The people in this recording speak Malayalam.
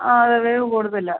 ആ അതെ വേവ് കൂടുതലാണ്